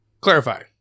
Clarify